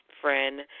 friend